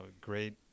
Great